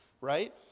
right